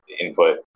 input